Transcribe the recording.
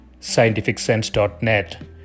scientificsense.net